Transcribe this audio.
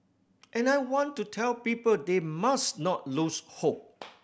and I want to tell people they must not lose hope